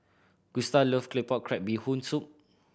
Gustav love Claypot Crab Bee Hoon Soup